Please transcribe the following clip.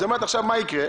אז היא אומרת עכשיו מה יקרה?